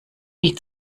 die